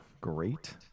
Great